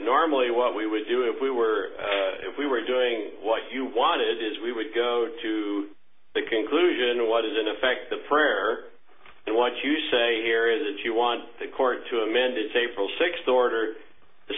normally what we would do if we were if we were doing what you want it is we would go to the conclusion of what is in effect the prayer and what you say here is if you want the court to amend its april sixth or